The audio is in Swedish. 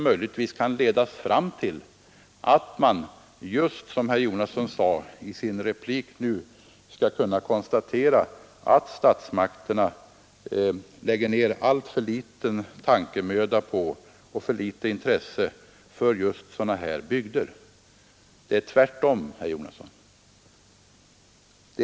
Möjligtvis vill man, just som herr Jonasson försökte i sin replik nyss, kunna konstatera att statsmakterna lägger ned alltför litet tankemöda på och ägnar för litet intresse åt just sådana här bygder. Det är tvärtom, herr Jonasson!